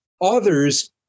others